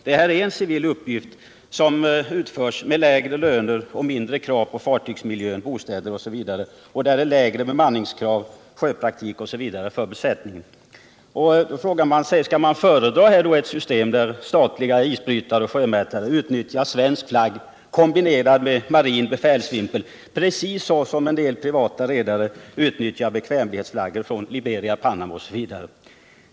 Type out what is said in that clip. Detta är en civil uppgift som utförs mot lägre löner och med lägre krav på fartygsmiljö, bostäder osv., och med lägre bemanningskrav, sjöpraktik osv. för besättningen. Skall man föredra ett system där statliga isbrytare och sjömätningsfartyg utnyttjar svensk flagg, kombinerad med marin befälsvimpel, precis så som en del privata redare utnyttjar bekvämlighetsflaggning från Liberia, Panama m.fl. länder?